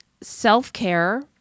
Self-care